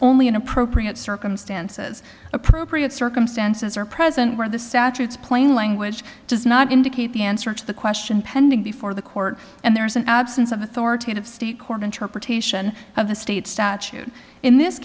only in appropriate circumstances appropriate circumstances are present where the statutes plain language does not indicate the answer to the question pending before the court and there is an absence of authoritative state court interpretation of the state statute in this